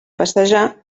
passejar